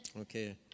okay